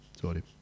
sorry